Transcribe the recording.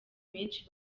benshi